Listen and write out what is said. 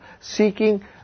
seeking